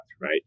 right